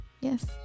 yes